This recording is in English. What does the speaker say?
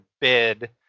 bid